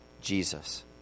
Jesus